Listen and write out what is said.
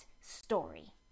story